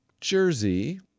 jersey